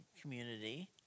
community